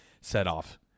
set-off